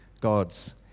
God's